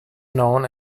known